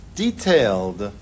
detailed